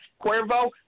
Cuervo